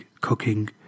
cooking